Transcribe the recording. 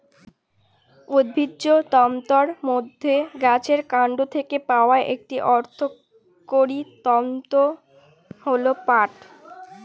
উদ্ভিজ্জ তন্তুর মধ্যে গাছের কান্ড থেকে পাওয়া একটি অর্থকরী তন্তু হল পাট